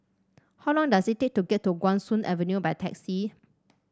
how long does it take to get to Guan Soon Avenue by taxi